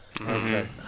Okay